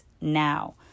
now